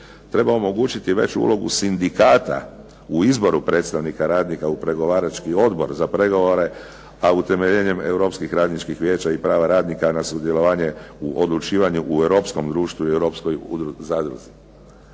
Treba omogućiti veću ulogu sindikata u izboru predstavnika radnika u pregovarački odbor za pregovore, a temeljem europskih radničkih vijeća i prava radnika na sudjelovanje u odlučivanje u europskom društvu i europskoj zadruzi.